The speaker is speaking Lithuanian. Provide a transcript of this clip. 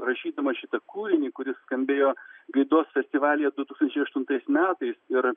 rašydama šitą kūrinį kuris skambėjo gaidos festivalyje du tūkstančiai aštuntais metais ir